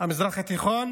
המזרח התיכון,